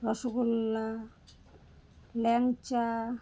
rasgulla ল্যাংচা